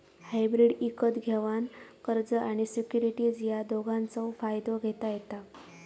hybrid इकत घेवान कर्ज आणि सिक्युरिटीज या दोघांचव फायदो घेता येता